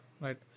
right